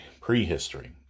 prehistory